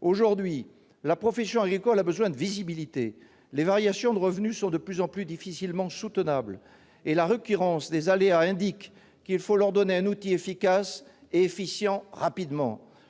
Aujourd'hui, la profession agricole a besoin de visibilité. Les variations de revenus sont de plus en plus difficilement soutenables et la récurrence des aléas indique qu'il faut lui donner un outil efficace et efficient rapidement.